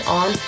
on